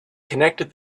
connected